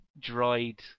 dried